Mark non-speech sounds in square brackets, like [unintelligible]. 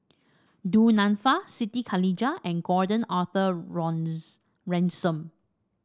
Du Nanfa Siti Khalijah and Gordon Arthur [unintelligible] Ransome